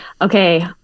Okay